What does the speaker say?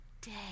day